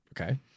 Okay